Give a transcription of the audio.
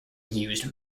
used